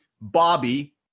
Bobby